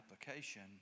application